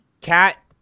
cat